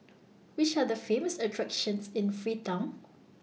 Which Are The Famous attractions in Freetown